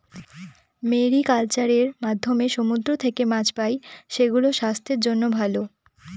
mariculture এর মাধ্যমে সমুদ্র থেকে মাছ পাই, সেগুলো স্বাস্থ্যের জন্য ভালো